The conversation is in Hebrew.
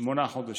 שמונה חודשים.